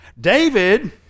David